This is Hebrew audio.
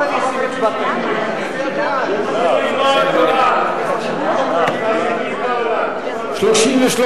משה גפני ואורי מקלב לסעיף 1 לא נתקבלה.